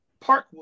Parkwood